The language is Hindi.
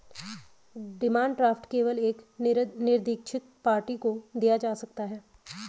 डिमांड ड्राफ्ट केवल एक निरदीक्षित पार्टी को दिया जा सकता है